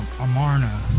Amarna